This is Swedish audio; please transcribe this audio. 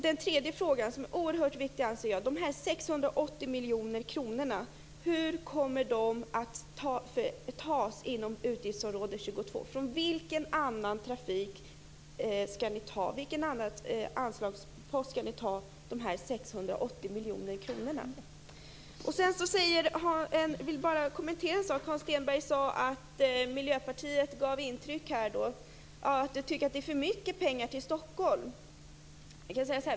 Den tredje frågan, som jag anser är oerhört viktig, gäller de 680 miljoner kronorna. Från vilken annan anslagspost inom utgiftsområde 22 skall ni ta de 680 miljoner kronorna? Jag vill bara kommentera det som Hans Stenberg sade om att Miljöpartiet gav intryck av att tycka att det är för mycket pengar till Stockholm.